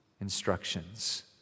instructions